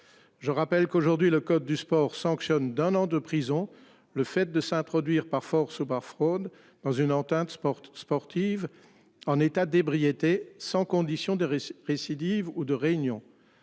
Je rappelle qu'aujourd'hui le code du sport sanctionne d'un an de prison. Le fait de s'introduire par force ou par fraude dans une entente sportif sportive en état d'ébriété sans condition de récidive ou de réunion.